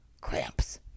Cramps